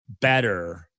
better